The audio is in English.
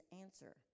answer